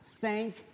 thank